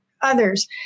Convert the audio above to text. others